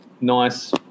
nice